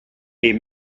est